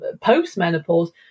post-menopause